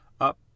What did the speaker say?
Up